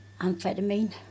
Amphetamine